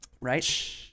Right